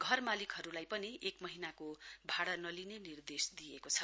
घर मालिकहरुलाई पनि एक महीनाको भाड़ा नलिने निर्देश दिइएको छ